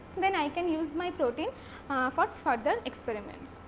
then, i can use my protein for further experiments.